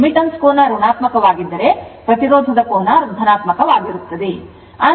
admittance ಕೋನ ಋಣಾತ್ಮಕವಾಗಿದ್ದರೆ ಪ್ರತಿರೋಧದ ಕೋನ ಧನಾತ್ಮಕವಾಗುತ್ತದೆ